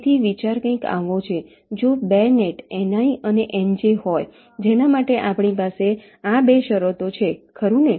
તેથી વિચાર કંઈક આવો છે જો 2 નેટ Ni અને Nj હોય જેના માટે આપણી પાસે આ 2 શરતો છેખરું ને